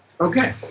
Okay